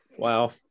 Wow